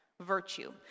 virtue